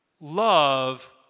Love